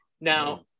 Now